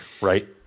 right